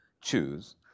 choose